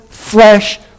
Flesh